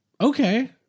okay